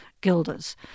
guilders